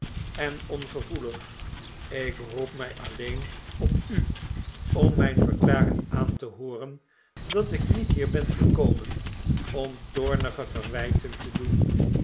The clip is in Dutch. en ongevoelig ik beroep mij alleen op u om mijn verklaring aan te hooren dat ik niet hier ben gekomen om toornige verwijten te doen